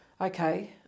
okay